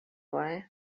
why